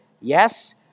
Yes